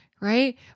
right